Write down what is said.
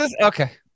Okay